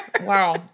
Wow